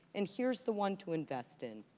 and here's the one to invest in.